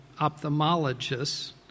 ophthalmologists